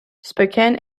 spokane